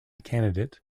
candidate